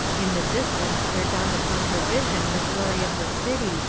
in the distance there dawned upon her vision the glory of the city,